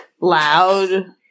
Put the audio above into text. loud